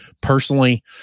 Personally